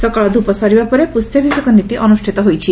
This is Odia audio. ସକାଳ ଧୂପ ସରିବା ପରେ ପୁଷ୍ୟାଭିଷେକ ନୀତି ଅନୁଷ୍ପିତ ହୋଇଛି